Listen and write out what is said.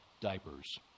diapers